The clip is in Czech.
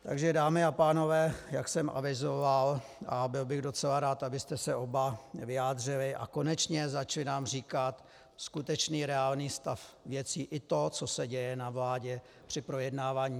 Takže dámy a pánové, jak jsem avizoval, a byl bych docela rád, abyste se oba vyjádřili a konečně nám začali říkat skutečný, reálný stav věcí, i to, co se děje na vládě při projednávání.